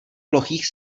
plochých